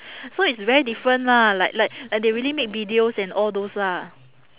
so it's very different lah like like like they already make videos and all those lah